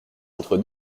entre